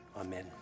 Amen